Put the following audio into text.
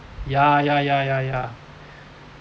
ya ya ya ya ya